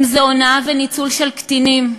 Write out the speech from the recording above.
אם הונאה וניצול של קטינים,